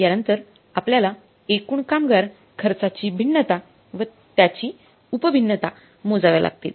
यानंतर आपल्याला एकूण कामगार खर्चाची भिन्नता व त्याची उप भिन्नता मोजाव्या लागतील